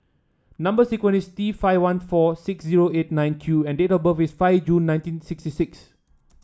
number sequence is T five one four six zero eight nine Q and date of birth is five June nineteen sixty six